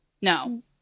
No